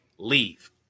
Leave